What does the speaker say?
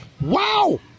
Wow